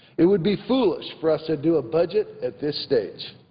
it would be foolish for us to do a budget at this stage.